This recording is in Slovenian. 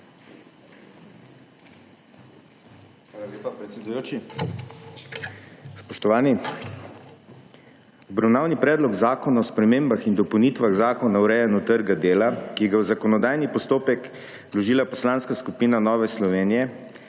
Hvala lepa, predsedujoči. Spoštovani. Obravnavani predlog zakona o spremembah in dopolnitvah Zakona o urejanju trga dela, ki ga je v zakonodajni postopek vložila Poslanska skupina Nove Slovenije,